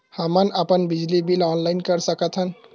हमन अपन बिजली बिल ऑनलाइन कर सकत हन?